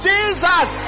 Jesus